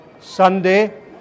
Sunday